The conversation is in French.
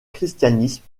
christianisme